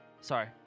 Sorry